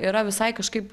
yra visai kažkaip